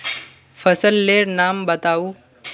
फसल लेर नाम बाताउ?